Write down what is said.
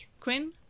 Quinn